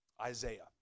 Isaiah